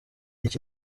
iki